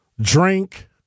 drink